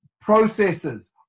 processes